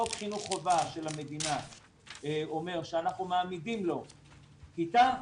חוק חינוך חובה של המדינה אומר שאנחנו מעמידים לו כיתה,